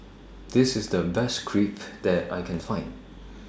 This IS The Best Crepe that I Can Find